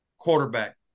Quarterback